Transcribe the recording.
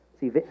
See